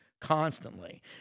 constantly